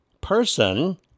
person